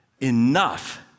enough